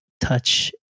touch